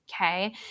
Okay